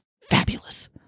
fabulous